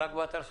רק באתר שלכם?